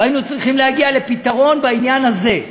והיינו צריכים להגיע לפתרון בעניין הזה.